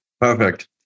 Perfect